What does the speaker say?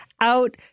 out